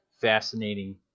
fascinating